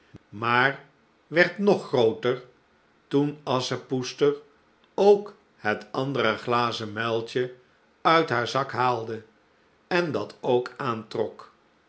maar werd nog grooter j j a goeverneur oude sprookjes toen asschepoester ook het andere glazen muiltje uit haar zak haalde en dat ook aantrok